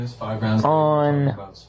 on